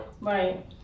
right